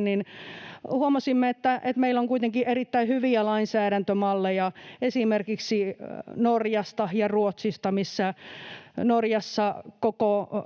niin meillä on kuitenkin erittäin hyviä lainsäädäntömalleja esimerkiksi Norjasta ja Ruotsista. Norjassa koko